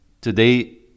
today